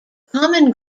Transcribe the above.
common